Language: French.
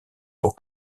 pour